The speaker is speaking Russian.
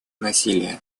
насилия